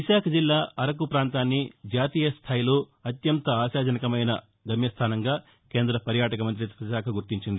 విశాఖ జిల్లా అరకు ప్రాంతాన్ని జాతీయ స్థాయిలో అత్యంత ఆశాజనకమైన గమ్యస్థానంగా కేంద పర్యాటక మంత్రిత్వశాఖ గుర్తించింది